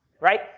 right